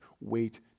wait